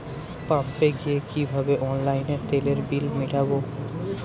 পাম্পে গিয়ে কিভাবে অনলাইনে তেলের বিল মিটাব?